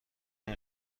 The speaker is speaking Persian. این